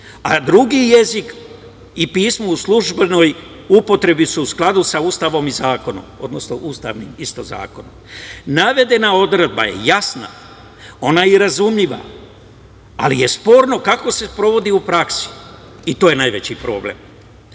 a drugi jezik i pismo u službenoj upotrebi su u skladu sa Ustavom i zakonom, odnosno ustavnim isto zakonom. Navedena odredba je jasna, ona je i razumljiva, ali je sporno kako se sprovodi u praksi i to je najveći problem. Skoro